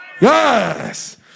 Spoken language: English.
Yes